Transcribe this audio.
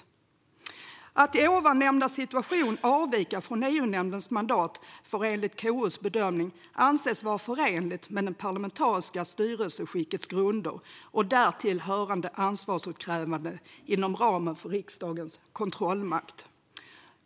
Att i denna situation avvika från EU-nämndens mandat får enligt KU:s bedömning anses vara förenligt med det parlamentariska styrelseskickets grunder och därtill hörande ansvarsutkrävande inom ramen för riksdagens kontrollmakt.